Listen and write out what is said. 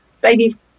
babies